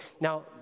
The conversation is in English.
Now